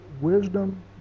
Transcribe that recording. wisdom